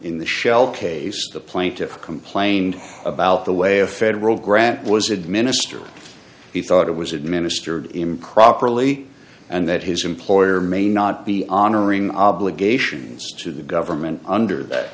in the shell case the plaintiff complained about the way a federal grant was administered he thought it was administered improperly and that his employer may not be honoring obligations to the government under that